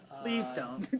please don't.